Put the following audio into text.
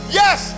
yes